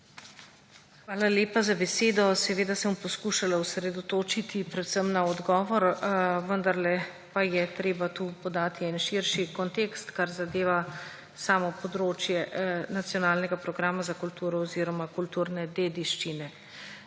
Hvala lepa za besedo. Seveda se bom poskušala osredotočiti predvsem na odgovor, vendarle pa je treba tu podati en širši kontekst, kar zadeva samo področje Nacionalnega programa za kulturo oziroma kulturne dediščine.